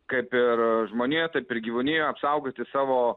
kaip ir žmonija taip ir gyvūnija apsaugoti savo